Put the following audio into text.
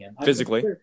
physically